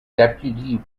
deputy